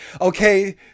Okay